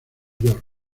york